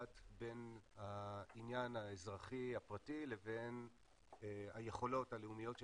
בין העניין האזרחי הפרטי לבין היכולות הלאומיות של